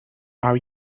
are